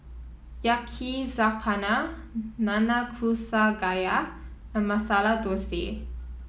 Yakizakana Nanakusa Gayu and Masala Dosa